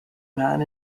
man